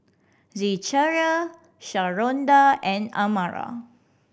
Zechariah Sharonda and Amara